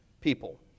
people